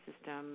system